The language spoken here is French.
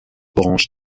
branches